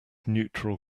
neutral